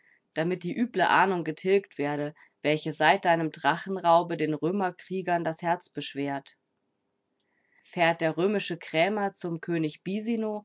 damit die üble ahnung getilgt werde welche seit deinem drachenraube den römerkriegern das herz beschwert fährt der römische krämer zum könig bisino